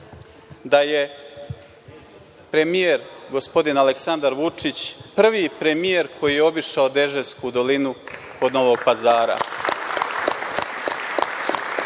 da je premijer, gospodin Aleksandar Vučić, prvi premijer koji je obišao Deževsku dolinu kod Novog Pazara,